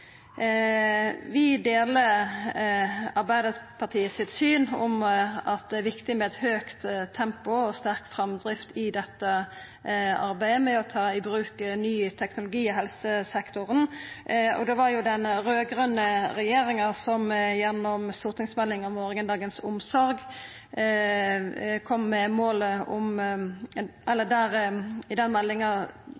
Vi deler Arbeidarpartiet sitt syn på at det er viktig med eit høgt tempo og sterk framdrift i dette arbeidet med å ta i bruk ny teknologi i helsesektoren, og det var jo den raud-grøne regjeringa som i stortingsmeldinga «Morgendagens omsorg»